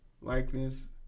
likeness